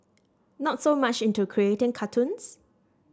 not so much into creating cartoons